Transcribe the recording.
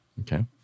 Okay